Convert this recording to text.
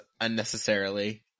unnecessarily